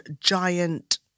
giant